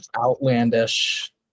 outlandish